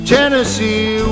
Tennessee